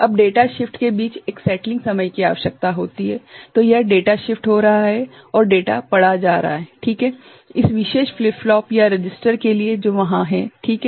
अब data shift के बीच एक सेटलिंग समय की आवश्यकता होती है तो यह डेटा शिफ्ट हो रहा है और डेटा पढ़ा जा रहा है ठीक हैं इस विशेष फ्लिप फ्लॉप या रजिस्टर के लिए जो वहाँ है ठीक हैं